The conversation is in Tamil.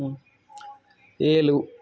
ம் ஏழு